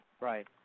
Right